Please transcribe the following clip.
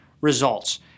results